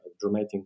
dramatic